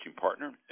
Partner